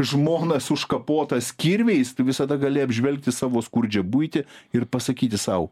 žmonas užkapotas kirviais visada gali apžvelgti savo skurdžią buitį ir pasakyti sau